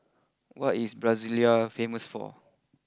what is Brasilia famous for